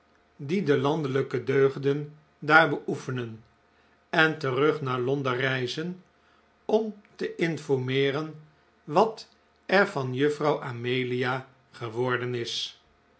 die wp de landelijke deugden daar beoefenen en terug naar londen reizen om te p l formeeren wat er van juffrouw amelia geworden is